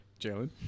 Jalen